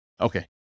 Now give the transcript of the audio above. Okay